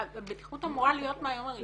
--- בטיחות אמורה להיות מהיום הראשון.